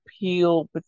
peel